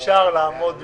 בסוף הם יבקשו עוד תקנים.